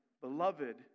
Beloved